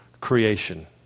creation